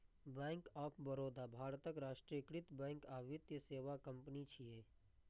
bank of Baroda भारतक राष्ट्रीयकृत bank आ वित्तीय सेवा कंपनी छियै